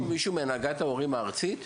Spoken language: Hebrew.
יש כאן מישהו מהנהגת ההורים הארצית?